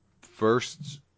first